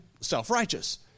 self-righteous